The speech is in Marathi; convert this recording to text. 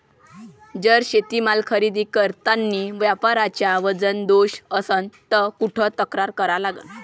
जर शेतीमाल खरेदी करतांनी व्यापाऱ्याच्या वजनात दोष असन त कुठ तक्रार करा लागन?